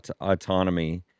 autonomy